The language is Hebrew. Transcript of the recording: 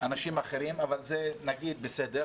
אנשים אחרים, אבל זה, נגיד, בסדר